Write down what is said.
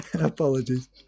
Apologies